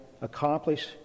accomplish